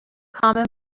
common